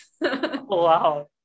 Wow